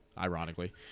ironically